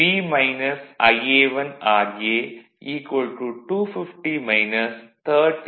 Eb1 V Ia1ra 250 300